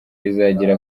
rizagira